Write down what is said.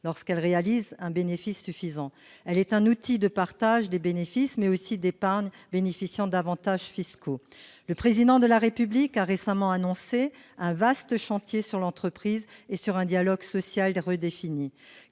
lorsqu'elles réalisent un bénéfice suffisant. Elle est un outil de partage des bénéfices, mais aussi d'épargne, qui bénéficie d'avantages fiscaux. Le Président de la République a récemment annoncé un vaste chantier sur l'entreprise et un dialogue social redéfini,